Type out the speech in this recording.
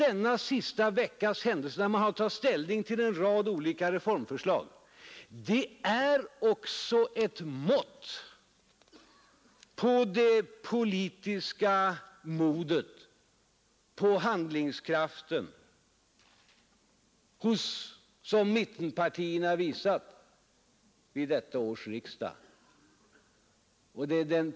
Ert agerande under denna vecka har varit ett mått på det politiska modet och på den handlingskraft som mittenpartierna visat vid detta års riksdag.